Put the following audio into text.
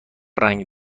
رنگ